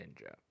Ninja